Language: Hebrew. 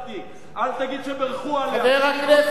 אל תגיד שבירכו עליה.